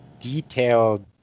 detailed